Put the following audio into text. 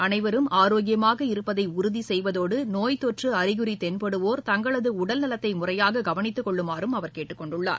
அனைவரும் ஆரோக்கியமாக இருப்பதை உறுதி செய்வதோடு நோய் தொற்ற அறிகுறி தென்படுவோர் தங்களது உடல்நலத்தை முறையாக கவனித்துக்கொள்ளுமாறும் அவர் கேட்டுக்கொண்டுள்ளார்